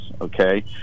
okay